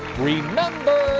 remember,